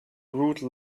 rude